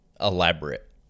elaborate